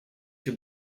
have